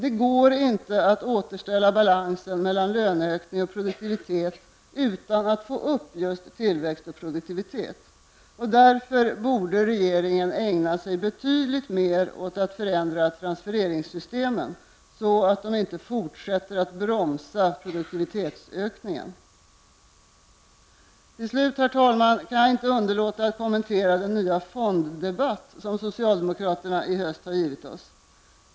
Det går inte att återställa balansen mellan löneökning och produktivitet utan att få upp just tillväxten och produktiviteten. Därför borde regeringen ägna sig betydligt mer åt att förändra transfereringssystemen, så att de inte fortsätter att bromsa produktivitetsökningen. Till slut, herr talman, kan jag inte underlåta att kommentera den nya fonddebatt som socialdemokraterna i höst har givit oss.